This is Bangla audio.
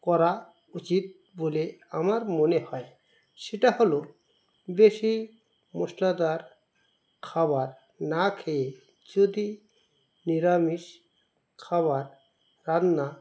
করা উচিৎ বলে আমার মনে হয় সেটা হলো বেশি মশলাদার খাবার না খেয়ে যদি নিরামিষ খাবার রান্না